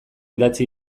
idatzi